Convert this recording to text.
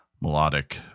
melodic